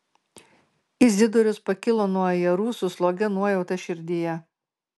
izidorius pakilo nuo ajerų su slogia nuojauta širdyje